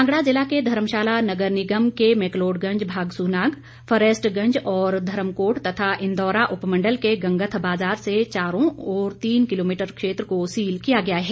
कांगड़ा जिला के धर्मशाला नगर निगम के मैकलोडगंज भागसूनाग फरसेटगंज और धर्मकोट तथा इंदौरा उप मण्डल के गंगथ बाजार से चारों ओर तीन किलोमीटर क्षेत्र को सील किया गया है